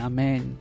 Amen